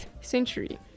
century